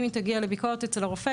אם היא תגיע לביקורת אצל הרופא,